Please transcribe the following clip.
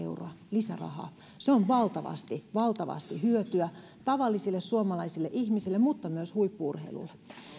lisärahaa se on valtavasti valtavasti hyötyä tavallisille suomalaisille ihmisille mutta myös huippu urheilulle